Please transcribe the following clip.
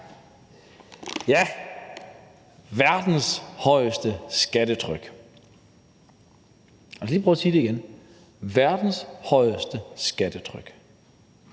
Tak. Verdens højeste skattetryk, og lad os lige prøve at sige det igen: Verdens højeste skattetryk,